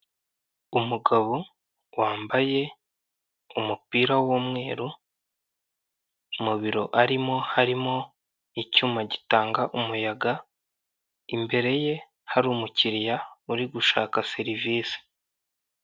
Umugabo wambaye umupira w'umweru mu biro arimo harimo icyuma gitanga umuyaga, imbere ye hari umukiriya uri gushaka serivisi.